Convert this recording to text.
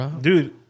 dude